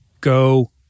Go